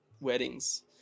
weddings